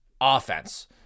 offense